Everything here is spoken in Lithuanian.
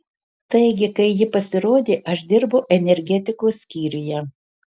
taigi kai ji pasirodė aš dirbau energetikos skyriuje